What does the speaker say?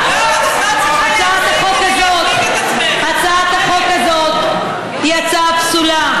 הצעת החוק הזאת היא הצעה פסולה.